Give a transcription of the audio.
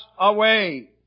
away